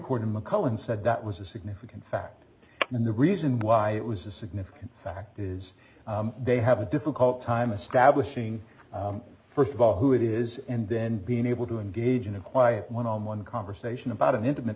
court in mcallen said that was a significant fact and the reason why it was a significant fact is they have a difficult time establishing first of all who it is and then being able to engage in a quiet one on one conversation about an intimate